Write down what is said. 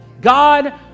God